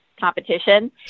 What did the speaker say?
competition